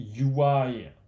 ui